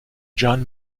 john